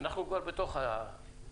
אנחנו כבר בתוך העניין,